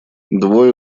двое